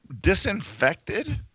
disinfected